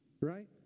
Right